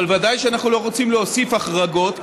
אבל ודאי שאנחנו לא רוצים להוסיף החרגות,